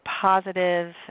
positive